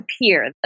appear